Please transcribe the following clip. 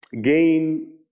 gain